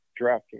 DraftKings